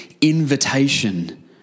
invitation